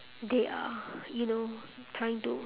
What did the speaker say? they are you know trying to